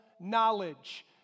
knowledge